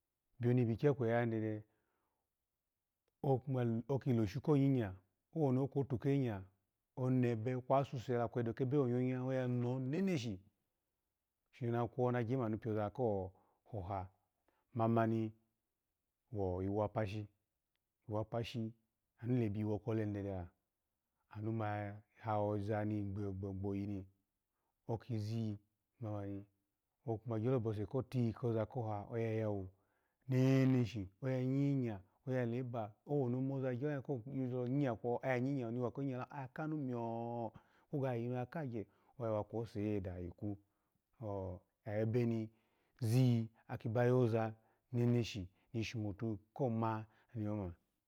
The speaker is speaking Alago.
Byo ni ibigyaku ya ni dede, oki loshun ko nyinya onebe kwashusa kwe edo kebe wonyo nya ono neshishi, shini onakwo, shini onagye manu biza kokoha, mumani wo iwopashi iwopashi anu lema biwokole ni dedela anu ya hoza ni gboyi oki zi owoni obose kolabo koza hoha oya yawo yawo neneshi, oya oki ya nyi nya, oya laba owoni omuza kohoha oya kanu myo, olanu ni wako nyinya oya nyinya ya zokwu kwe seida a oh webani zi aki bayoza ni shomotu ko ma ni oma.